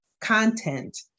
content